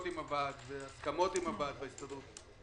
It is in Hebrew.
עם הוועד והסכמות עם הוועד וההסתדרות.